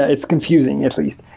it's confusing at least.